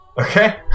Okay